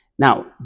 Now